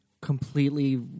completely